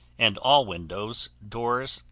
and all windows, doors,